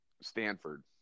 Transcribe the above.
Stanford